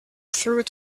through